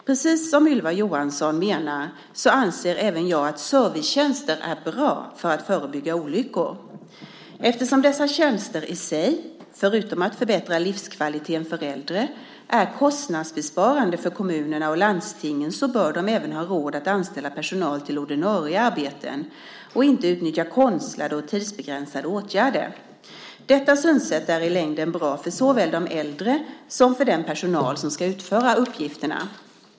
Precis som Ylva Johansson anser även jag att servicetjänster är bra för att förebygga olyckor. Eftersom dessa tjänster i sig, förutom att de förbättrar livskvaliteten för äldre, är kostnadsbesparande för kommunerna och landstingen bör man även ha råd att anställa personal till ordinarie arbeten och inte utnyttja konstlade och tidsbegränsade åtgärder. Detta synsätt är i längden bra såväl för de äldre som för den personal som ska utföra uppgifterna.